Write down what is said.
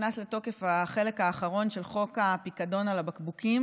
נכנס לתוקף החלק האחרון של חוק הפיקדון על הבקבוקים,